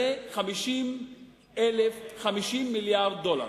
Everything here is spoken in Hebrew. זה 50 מיליארד דולר.